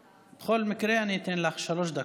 עליי, בכל מקרה, אני אתן לך שלוש דקות.